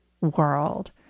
world